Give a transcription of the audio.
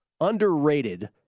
underrated